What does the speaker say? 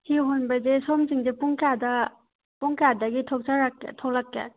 ꯍꯤ ꯍꯣꯟꯕꯁꯦ ꯁꯣꯝꯁꯤꯡꯁꯦ ꯄꯨꯡ ꯀꯌꯥꯗ ꯄꯨꯡ ꯀꯌꯥꯗꯒꯤ ꯊꯣꯛꯆꯔꯛꯀꯦ ꯊꯣꯛꯂꯛꯀꯦ